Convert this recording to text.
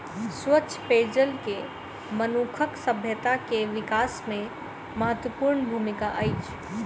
स्वच्छ पेयजल के मनुखक सभ्यता के विकास में महत्वपूर्ण भूमिका अछि